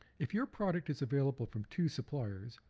if your product is available from two suppliers,